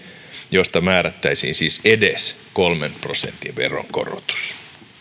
josta määrättäisiin siis edes kolmen prosentin veronkorotus